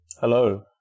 Hello